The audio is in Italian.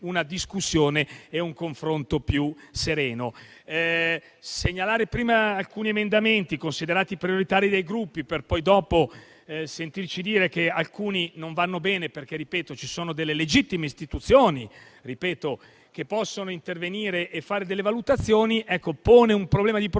una discussione e un confronto più sereno. Segnalare prima alcuni emendamenti considerati prioritari dai Gruppi per poi dopo sentirci dire che alcuni non vanno bene, perché, ripeto, ci sono delle legittime istituzioni che possono intervenire e fare delle valutazioni, pone un problema di procedura